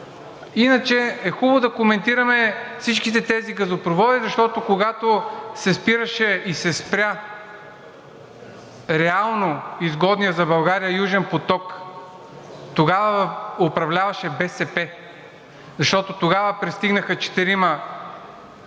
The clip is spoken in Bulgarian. Иначе е хубаво да коментираме всички тези газопроводи, защото, когато се спираше и се спря реално изгодният за България Южен поток, тогава управляваше БСП. Тогава пристигнаха четирима